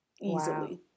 easily